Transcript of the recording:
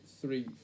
three